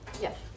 Yes